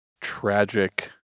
tragic